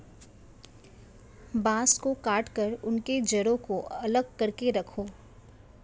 बांस को काटकर उनके जड़ों को अलग करके रखो